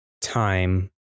time